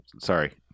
sorry